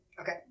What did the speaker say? Okay